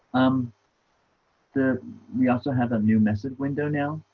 um the we also have a new message window now,